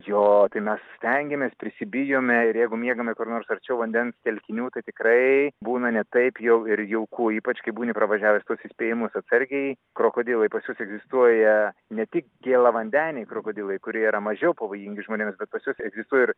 jo tai mes stengiamės prisibijome ir jeigu miegame kur nors arčiau vandens telkinių tai tikrai būna ne taip jau ir jauku ypač kai būni pravažiavęs tuos įspėjimus atsargiai krokodilai pas juos egzistuoja ne tik gėlavandeniai krokodilai kurie yra mažiau pavojingi žmonėms pas juos egzistuoja ir